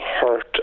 hurt